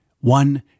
one